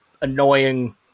annoying